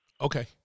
Okay